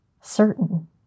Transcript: certain